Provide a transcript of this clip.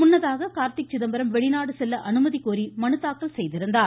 முன்னதாக கார்த்தி சிதம்பரம் வெளிநாடு செல்ல அனுமதி கோரி மனு தாக்கல் செய்திருந்தார்